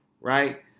right